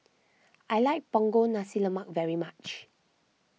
I like Punggol Nasi Lemak very much